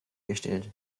gestellt